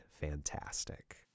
fantastic